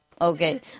Okay